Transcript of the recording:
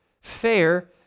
fair